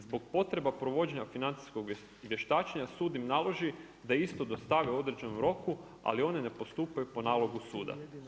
Zbog potreba provođenja financijskog vještačenja sud im naloži da isto dostave u određenom roku, ali one ne postupaju po nalogu suda.